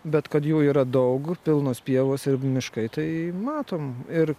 bet kad jų yra daug pilnos pievos ir miškai tai matom ir